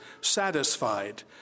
satisfied